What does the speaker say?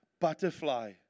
butterfly